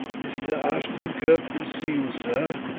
mr. ashton-kirk will see you, sir,